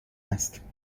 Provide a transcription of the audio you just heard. است